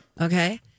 Okay